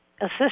assist